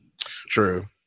True